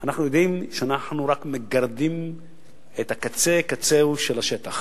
אנחנו יודעים שאנחנו רק מגרדים את קצה קצהו של השטח.